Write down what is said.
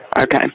Okay